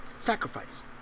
Sacrifice